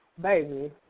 baby